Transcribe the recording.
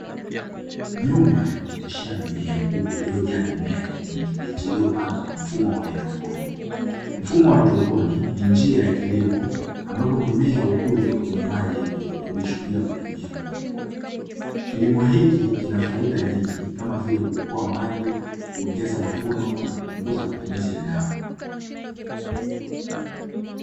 Nyumba ya kuoteshea mimea kubwa iliyojaa mimea ya kijani kibichi iliyopandwa kwa mfumo wa "hydroponi". Mfumo wa "hydroponi" ni njia ya kilimo ambapo mimea hukuzwa kwenye maji yenye virutubisho bila kutumia udongo. Kilimo hiki kina faida nyingi kama vile kuokoa maji, kuongeza mavuno na kupunguza matumizi ya dawa.